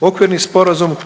Okvirni sporazum